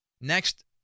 Next